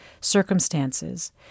circumstances